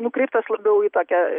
nukreiptas labiau į tokią